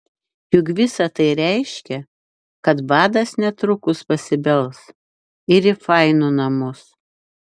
juk visa tai reiškia kad badas netrukus pasibels ir į fainų namus